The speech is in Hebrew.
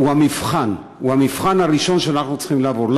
הוא המבחן הראשון שאנחנו צריכים לעבור.